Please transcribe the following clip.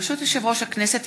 ברשות יושב-ראש הכנסת,